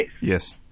Yes